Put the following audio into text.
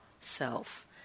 self